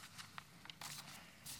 תודה רבה.